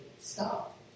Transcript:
stop